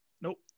Nope